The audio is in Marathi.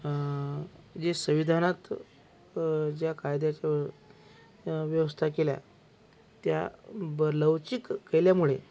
जे संविधानात ज्या कायद्याच्या व्यवस्था केल्या त्या ब लवचिक केल्यामुळे